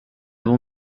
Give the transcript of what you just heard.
will